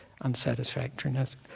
unsatisfactoriness